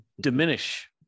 diminish